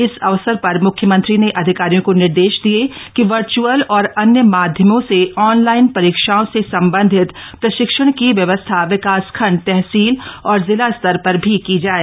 इस अवसर पर मुख्यमंत्री ने अधिकारियों को निर्देश दिये कि वर्च्अल और अन्य माध्यमों से ऑनलाइन परीक्षाओं से संबंधित प्रशिक्षण की व्यवस्था विकासखण्ड तहसील और जिला स्तर पर भी की जाए